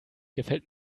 gefällt